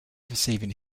receiving